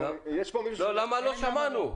יש פה מישהו ש- -- למה לא שמענו.